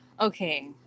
Okay